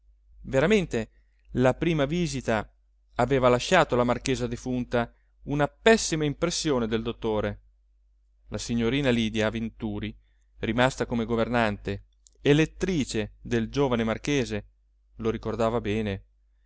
veramente la prima visita aveva lasciato alla marchesa defunta una pessima impressione del dottore la signorina lydia venturi rimasta come governante e lettrice del giovane marchese lo ricordava bene